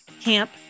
Camp